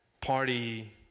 party